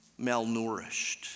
malnourished